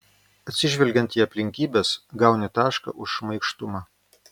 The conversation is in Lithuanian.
atsižvelgiant į aplinkybes gauni tašką už šmaikštumą